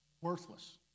worthless